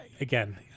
again